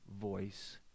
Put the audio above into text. voice